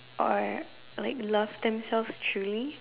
or like love themselves truly